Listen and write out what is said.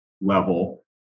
level